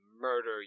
murder